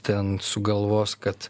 ten sugalvos kad